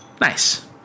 nice